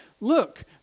look